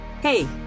Hey